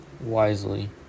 wisely